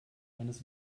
eines